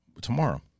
tomorrow